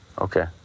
Okay